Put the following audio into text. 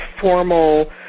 formal